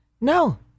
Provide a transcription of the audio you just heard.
No